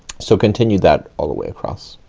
so continue that all the way across.